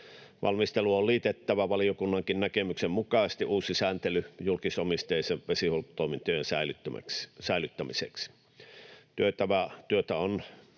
Valmisteluun on liitettävä valiokunnankin näkemyksen mukaisesti uusi sääntely julkisomisteisten vesihuoltotoimintojen säilyttämiseksi.